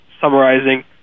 summarizing